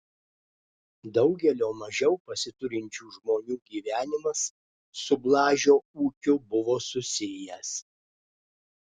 daugelio mažiau pasiturinčių žmonių gyvenimas su blažio ūkiu buvo susijęs